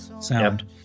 sound